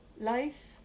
life